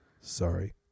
sorry